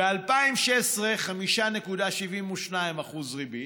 ב-2016, 5.72% ריבית.